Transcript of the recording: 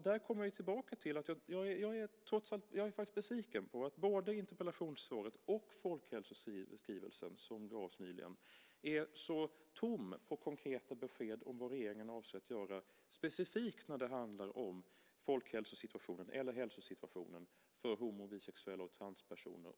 Där kommer vi tillbaka till att jag är besviken på att både interpellationssvaret och folkhälsoskrivelsen som gavs nyligen är så tomma på konkreta besked om vad regeringen avser att göra specifikt när det handlar om folkhälsosituationen eller hälsosituationen för homo och bisexuella och transpersoner.